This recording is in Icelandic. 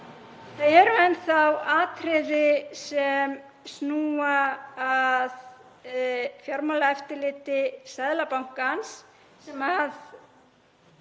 Það eru enn þá atriði sem snúa að fjármálaeftirliti Seðlabankans sem